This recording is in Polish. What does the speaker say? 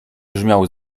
brzmiał